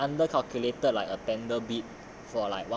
he he under calculated like a tender bid